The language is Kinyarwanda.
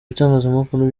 bitangazamakuru